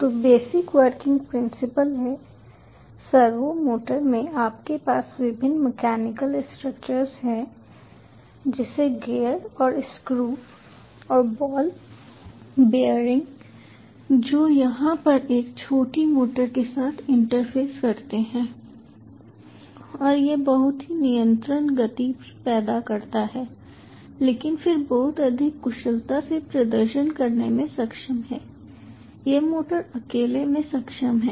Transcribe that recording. तो basic working principle है servo motor में आपके पास विभिन्न मैकेनिकल स्ट्रक्चर्स हैं जैसे गियर और स्क्रू और बॉल बेयरिंग जो यहां पर एक छोटी मोटर के साथ इंटरफ़ेस करते हैं और यह बहुत ही नियंत्रण गति पैदा करता है लेकिन फिर बहुत अधिक कुशलता से प्रदर्शन करने में सक्षम है यह मोटर अकेले में सक्षम है